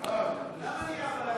למה נהיה, ?